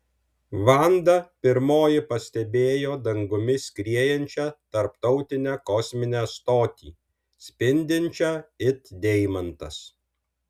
vanda pirmoji pastebėjo dangumi skriejančią tarptautinę kosminę stotį spindinčią it deimantas